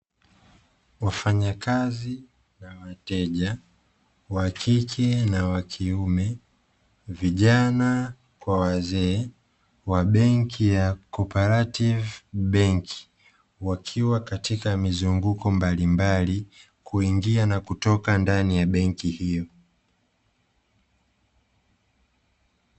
Wafanya kazi na wateja wakike na wakiume, vijana kwa wazee wa benki ya " CO-OPERATIVE BANK" wakiwa katika mizunguko mbalimbali kuingia na kutoka ndani ya benki hiyo.